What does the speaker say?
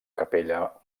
capella